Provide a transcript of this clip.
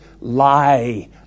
lie